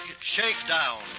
Shakedown